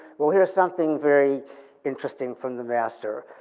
we'll hear something very interesting from the master.